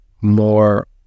more